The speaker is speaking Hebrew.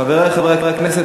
חברי חברי הכנסת,